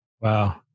Wow